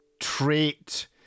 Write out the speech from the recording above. trait